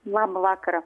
labą vakarą